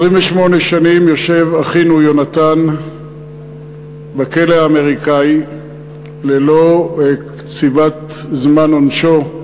28 שנים יושב אחינו יונתן בכלא האמריקני ללא קציבת זמן עונשו,